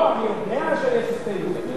לא, אני יודע שיש הסתייגות.